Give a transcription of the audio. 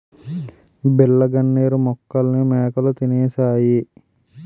బిళ్ళ గన్నేరు మొక్కల్ని మేకలు తినేశాయి